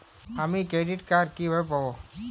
আমি credit card কিভাবে পাবো?